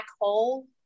hole